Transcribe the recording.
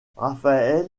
raphaël